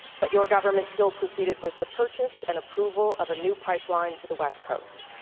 but your government still proceeded with the purchase and approval of a new pipeline to the west coast.